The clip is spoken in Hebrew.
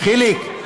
חיליק,